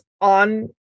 on